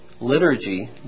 liturgy